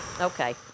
Okay